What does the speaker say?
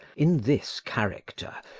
in this character,